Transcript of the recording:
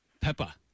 Peppa